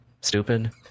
stupid